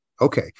okay